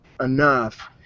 enough